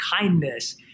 kindness